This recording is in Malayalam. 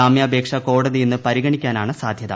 ജാമ്യാപേക്ഷ കോടതി ഇന്ന് പരിഗണിക്കാനാണ് സാധ്യത